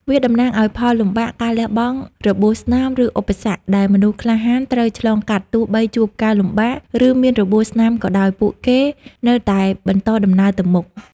វាតំណាងឲ្យ ផលលំបាក ការលះបង់ របួសស្នាម ឬ ឧបសគ្គ ដែលមនុស្សក្លាហានត្រូវឆ្លងកាត់ ទោះបីជួបការលំបាក ឬមានរបួសស្នាមក៏ដោយ ពួកគេនៅតែបន្តដំណើរទៅមុខ។